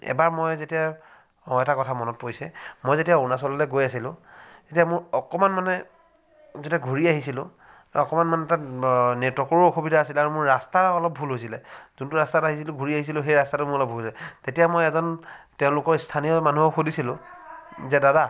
এবাৰ মই যেতিয়া মোৰ এটা কথা মনত পৰিছে মই যেতিয়া অৰুণাচললৈ গৈ আছিলোঁ তেতিয়া মোৰ অকণমান মানে যেতিয়া ঘূৰি আহিছিলোঁ অকণমান মানে তাত নেটৱৰ্কৰো অসুবিধা আছিল মোৰ ৰাস্তাও অলপ ভুল হৈছিলে যোনটো ৰাস্তাত আহিছিলোঁ ঘূৰি আহিছিলোঁ সেই ৰাস্তাটো মোৰ অলপ ভুল হৈছিলে তেতিয়া মই এজন তেওঁলোকৰ স্থানীয় মানুহক সুধিছিলোঁ যে দাদা